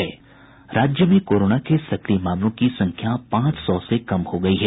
राज्य में कोरोना के सक्रिय मामलों की संख्या पांच सौ से कम हो गयी है